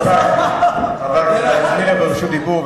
רבותי, חבר הכנסת אלכס מילר ברשות דיבור.